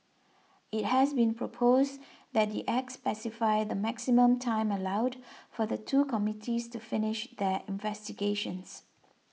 it has been proposed that the Act specify the maximum time allowed for the two committees to finish their investigations